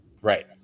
Right